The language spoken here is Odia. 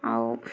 ଆଉ